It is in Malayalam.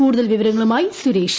കൂടുതൽ വിവരങ്ങളുമായി സുരേഷ്